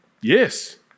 yes